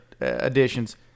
additions